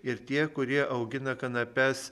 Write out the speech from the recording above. ir tie kurie augina kanapes